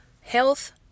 health